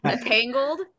Tangled